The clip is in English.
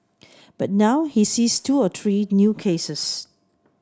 but now he sees two to three new cases